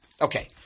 Okay